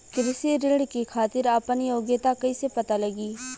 कृषि ऋण के खातिर आपन योग्यता कईसे पता लगी?